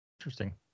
interesting